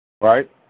right